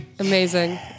amazing